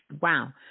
wow